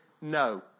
no